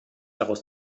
daraus